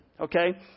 Okay